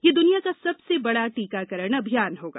यह दुनिया का सबसे बड़ा टीकाकरण अभियान होगा